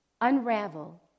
unravel